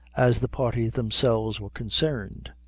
as the parties themselves were concerned.